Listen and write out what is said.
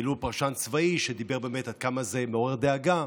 העלו פרשן צבאי שדיבר על עד כמה זה מעורר דאגה.